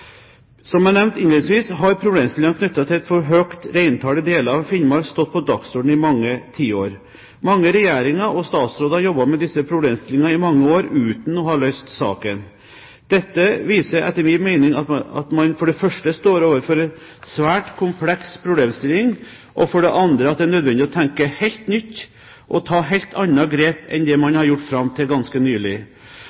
Som jeg nevnte innledningsvis, har problemstillingen knyttet til et for høyt reintall i deler av Finnmark stått på dagsordenen i mange tiår. Mange regjeringer og statsråder har jobbet med disse problemstillingene i mange år uten å ha løst saken. Dette viser etter min mening at man for det første står overfor en svært kompleks problemstilling, og for det andre at det er nødvendig å tenke helt nytt og ta helt andre grep enn det man